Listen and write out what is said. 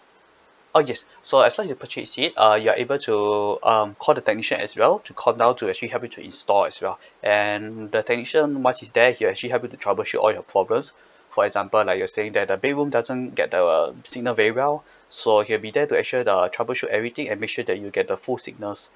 ah yes so as long as you purchase it uh you are able to um call the technician as well to come down to actually help you to install as well and the technician once he's there if you actually happened to troubleshoot all your problems for example like you're saying that the bedroom doesn't get the signal very well so he'll be there to ensure the troubleshoot everything and make sure that you get the full signals